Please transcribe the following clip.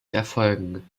erfolgen